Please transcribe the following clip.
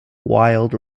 wild